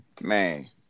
Man